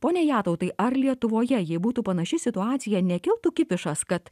ponia jatautai ar lietuvoje jai būtų panaši situacija nekiltų kipišas kad